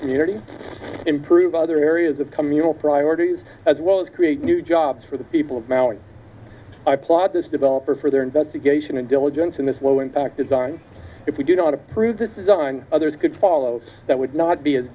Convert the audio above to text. community improve other areas of communal priorities as well as create new jobs for the people of maui i plot this developer for their investigation and diligence in this low impact design if we do not approve this is done others could follow that would not be as